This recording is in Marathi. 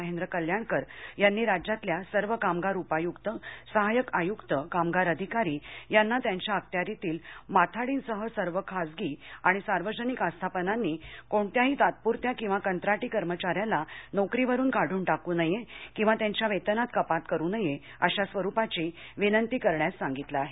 महेंद्र कल्याणकर यांनी राज्यातल्या सर्व कामगार उपायुक्त सहायक आयुक्त कामगार अधिकारी यांना त्यांच्या अखत्यारीतील माथाडींसह सर्व खासगी आणि सार्वजनिक आस्थापनांनी कोणत्याही तात्पुरत्या किंवा कंत्राटी कर्मचाऱ्याला नोकरीवरून काढून टाकू नये किंवा त्यांच्या वेतनात कपात करू नये अशा स्वरूपाची विनंती करण्याचं सांगितलं आहे